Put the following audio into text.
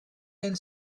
and